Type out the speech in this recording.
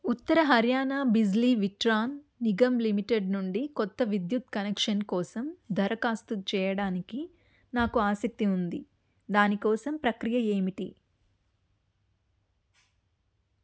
ఉత్తర Haryana Bijli Vitran Nigam limited నుండి కొత్త విద్యుత్ కనెక్షన్ కోసం దరఖాస్తు చేయడానికి నాకు ఆసక్తి ఉంది దాని కోసం ప్రక్రియ ఏమిటి